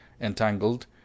entangled